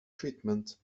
treatment